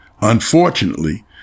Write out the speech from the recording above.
Unfortunately